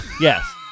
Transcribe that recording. Yes